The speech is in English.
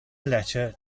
letter